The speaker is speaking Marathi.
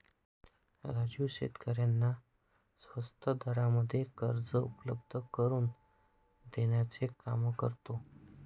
राजू शेतकऱ्यांना स्वस्त दरामध्ये कर्ज उपलब्ध करून देण्याचं काम करतो